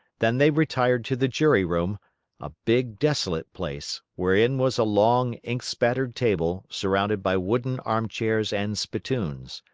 then they retired to the jury-room a big, desolate place, wherein was a long, ink-spattered table surrounded by wooden armchairs and spittoons.